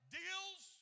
deals